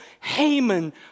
Haman